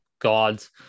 gods